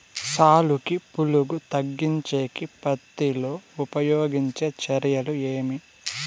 సాలుకి పులుగు తగ్గించేకి పత్తి లో ఉపయోగించే చర్యలు ఏమి?